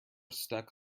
stuck